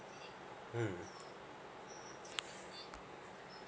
mm